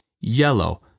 yellow